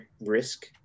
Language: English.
risk